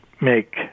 make